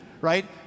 right